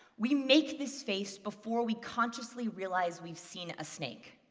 we make this face before we consciously realize we've seen a snake.